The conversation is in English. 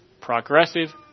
progressive